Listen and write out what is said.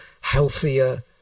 healthier